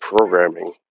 programming